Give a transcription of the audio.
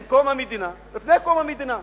עם קום המדינה, לפני קום המדינה,